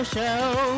Show